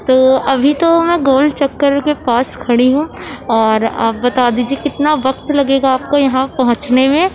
تو ابھی تو میں گول چکر کے پاس کھڑی ہوں اور آپ بتا دیجیے کتنا وقت لگے گا آپ کو یہاں پہنچنے میں